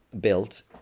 built